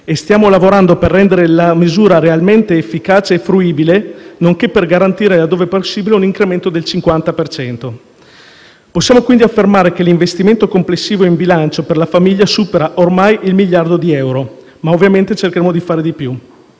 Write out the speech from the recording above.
e stiamo lavorando per rendere la misura realmente efficace e fruibile, nonché per garantirne - laddove possibile - un incremento del 50 per cento. Possiamo, quindi, affermare che l'investimento complessivo in bilancio per la famiglia supera, ormai, il miliardo di euro. Ma ovviamente vogliamo fare ancora di più.